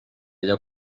ella